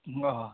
हो हो